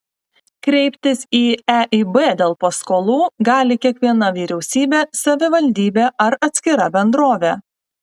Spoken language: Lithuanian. kreiptis į eib dėl paskolų gali kiekviena vyriausybė savivaldybė ar atskira bendrovė